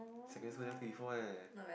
secondary school never take before eh